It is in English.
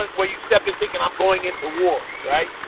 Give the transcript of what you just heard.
when you step in, thinking i'm going into war, right.